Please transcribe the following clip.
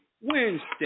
Wednesday